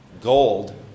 Gold